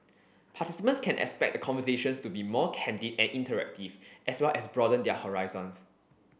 participants can expect the conversations to be more candid and interactive as well as broaden their horizons